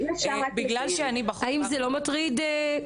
האם זה לא מטריד?